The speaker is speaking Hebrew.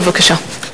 בבקשה.